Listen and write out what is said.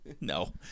No